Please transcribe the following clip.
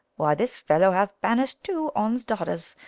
why, this fellow hath banish'd two on's daughters,